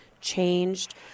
changed